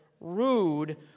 rude